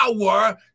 power